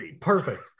perfect